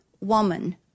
woman